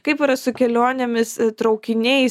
kaip yra su kelionėmis traukiniais